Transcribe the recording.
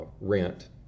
rent